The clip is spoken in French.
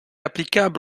applicable